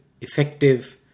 effective